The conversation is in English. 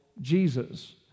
Jesus